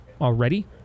already